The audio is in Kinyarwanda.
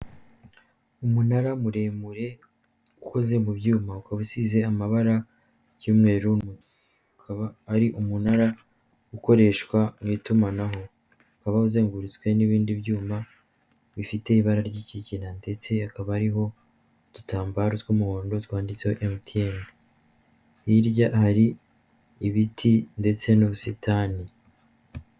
Umunara muremure ukoze mu byuma ukaba usize amabara y'umweru, ukaba ari umunara ukoreshwa mu itumanaho. Ukaba uzengurutswe n'ibindi byuma, bifite ibara ry'ikigina ndetse hakaba hariho udutambaro tw'umuhondo twanditseho MTN. Hirya hari ibiti ndetse n'ubusitani.